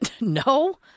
no